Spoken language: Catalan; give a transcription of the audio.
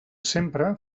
sempre